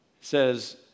says